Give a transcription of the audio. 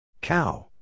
Cow